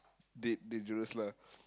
dead dangerous lah